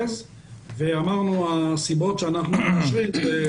אמרנו שהסיבות שאנחנו מתחשבים בהן,